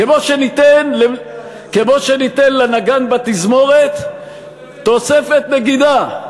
כמו שניתן לנגן בתזמורת תוספת נגינה.